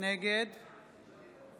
נגד